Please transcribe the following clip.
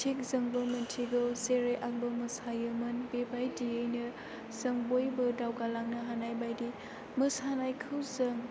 थिक जोंबो मोनथिगौ जेरै आंबो मोसायोमोन बेबायदिनो जों बयबो दावगालांनो हानायबायदि मोसानायखौ जों